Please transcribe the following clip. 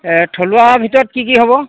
থলুৱা ভিতৰত কি কি হ'ব